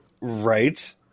Right